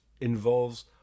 involves